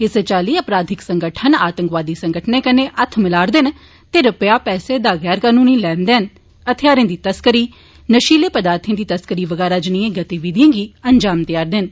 इस्सै चाली अपराधिक संगठन आतंकवादी संगठने कन्नै हत्थ मला'रदे न ते रपे पैसे दा गैर कनूनी लैन देन हथियारे दी तस्करी नशीले पदार्थे दी तस्करी बगैरा जनेईए गतिविधिएं गी अन्जाम देआ'रदे न